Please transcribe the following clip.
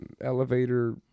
elevator